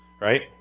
right